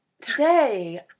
today